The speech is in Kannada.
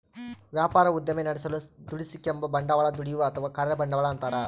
ವ್ಯಾಪಾರ ಉದ್ದಿಮೆ ನಡೆಸಲು ದುಡಿಸಿಕೆಂಬ ಬಂಡವಾಳ ದುಡಿಯುವ ಅಥವಾ ಕಾರ್ಯ ಬಂಡವಾಳ ಅಂತಾರ